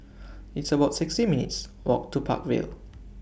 It's about sixty minutes' Walk to Park Vale